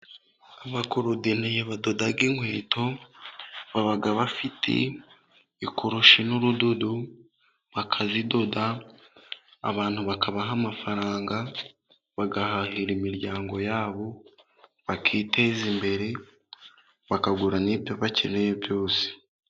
Abakorodoniye badoda inkweto . Baba bafite ikurushi n'urudodo bakazidoda abantu bakabaha amafaranga , bagahahira imiryango yabo, bakiteza imbere ,bakagura n'ibyo bakeneye byose.